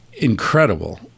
incredible